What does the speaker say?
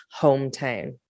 hometown